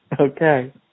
Okay